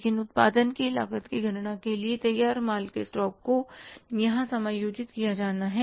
लेकिन उत्पादन की लागत की गणना के लिए तैयार माल के स्टॉक को यहां समायोजित किया जाना है